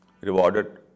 rewarded